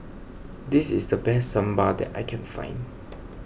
this is the best Sambal that I can find